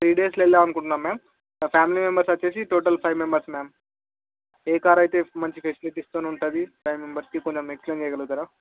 three డేస్లో వెళ్దామని అనుకుంటున్నాము మామ్ మా ఫ్యామిలీ మెంబర్స్ వచ్చి total five members ma'am a car అయితే మంచి ఫెసిలిటీస్తో ఉంటుంది ఫైవ్ మెంబర్స్కి కొంచెం ఎక్స్ప్లేయిన్ చేయగలుగుతారా